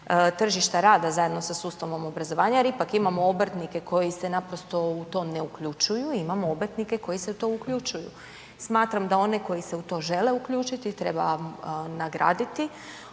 tržišta rada zajedno sa sustavom obrazovanja jer ipak imamo obrtnike koji se naprosto u to uključuju, imamo obrtnike koji se u to uključuju. Smatram da one koji se u to žele uključiti treba nagraditi,